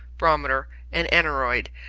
barometer, and aneroid,